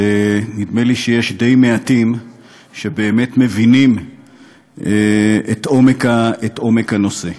שיש די מעטים שבאמת מבינים את עומק הנושא.